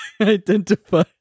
identify